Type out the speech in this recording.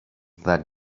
that